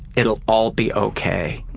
it'll all be okay.